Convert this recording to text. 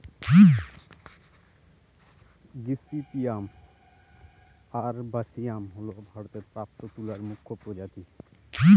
gossypium arboreum হল ভারতে প্রাপ্ত তুলার মুখ্য প্রজাতি